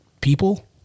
people